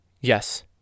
Yes